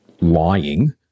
lying